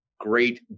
Great